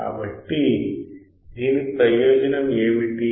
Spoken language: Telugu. కాబట్టి దీని ప్రయోజనం ఏమిటి